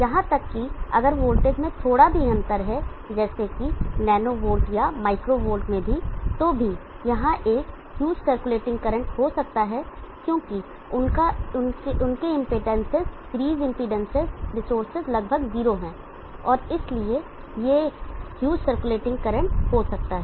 यहां तक कि अगर वोल्टेज में थोड़ा भी अंतर है जैसे कि नैनो वोल्ट या माइक्रो वोल्ट में भी तो भी यहां एक हयूज सर्कुलेटिंग करंट हो सकता है क्योंकि उनके इम्पीडेंसेस सीरीज इम्पीडेंसेस रिसोर्सेज लगभग जीरो हैं और इसलिए एक हयूज सर्कुलेटिंग करंट हो सकता है